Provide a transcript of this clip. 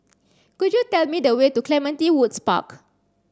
could you tell me the way to Clementi Woods Park